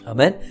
Amen